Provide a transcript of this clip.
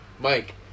mike